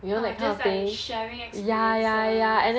orh just like sharing experiences